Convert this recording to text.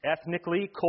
ethnically